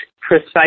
precise